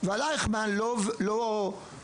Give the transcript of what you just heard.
ועל אייכמן לא דנו.